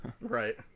Right